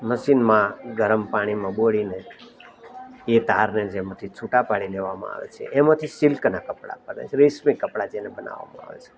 મશીનમાં ગરમ પાણીમાં બોળીને એ તારને જેમાંથી છુટા પાડી લેવામાં આવે છે એમાંથી સિલ્કના કપડા બને છે રેશમી કપડા જેને બનાવવામાં આવે છે